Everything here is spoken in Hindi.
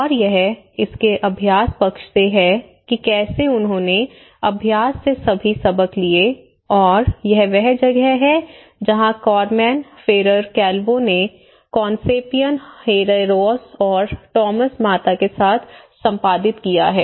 और यह इसके अभ्यास पक्ष से है कि कैसे उन्होंने अभ्यास से सभी सबक लिए और यह वह जगह है जहां कारमेन फेरर कैल्वो ने कॉन्सेपियन हेरेरोस और टॉमस माता के साथ संपादित किया है